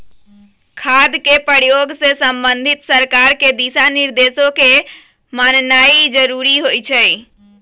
खाद के प्रयोग से संबंधित सरकार के दिशा निर्देशों के माननाइ जरूरी होइ छइ